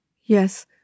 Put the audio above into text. Yes